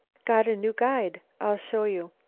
got a new guide. i'll show you.